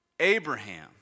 Abraham